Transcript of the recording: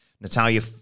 Natalia